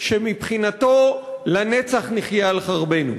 שמבחינתו לנצח נחיה על חרבנו.